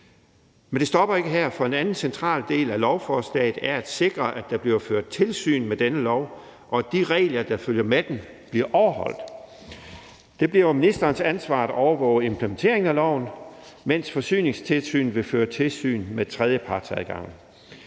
Men det stopper ikke her, for en anden central del af lovforslaget er at sikre, at der bliver ført tilsyn med denne lov, og at de regler, der følger med den, bliver overholdt. Det bliver ministerens ansvar at overvåge implementeringen af loven, mens Forsyningstilsynet vil føre tilsyn med tredjepartsadgangen.